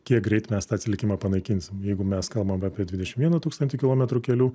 kiek greit mes tą atsilikimą panaikinsim jeigu mes kalbam apie dvidešim vieną tūkstantį kilometrų kelių